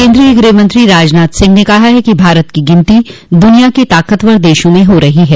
केन्द्रीय गृह मंत्री राजनाथ सिंह ने कहा है कि भारत की गिनती दुनिया के ताकतवर देशों में हो रही है